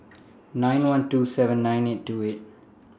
nine one two seven nine eight two eight